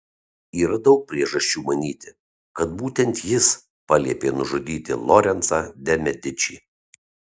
yra daug priežasčių manyti kad būtent jis paliepė nužudyti lorencą de medičį